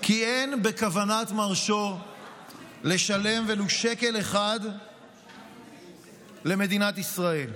כי אין בכוונת מרשו לשלם ולו שקל אחד למדינת ישראל.